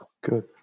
Good